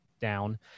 down